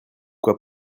quoi